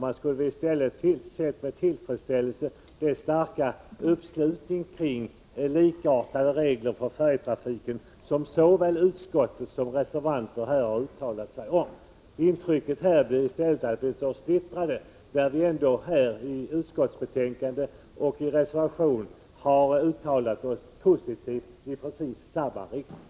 Man borde i stället med tillfredsställelse ha noterat den starka uppslutning kring likformiga regler för färjetrafiken som såväl utskottsmajoritet som reservanter här har uttalats sig för. Intrycket är i stället att vi här står splittrade, trots att både utskottsmajoriteten och reservanterna har uttalat sig i precis samma riktning.